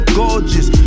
gorgeous